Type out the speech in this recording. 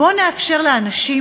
בוא נאפשר לאנשים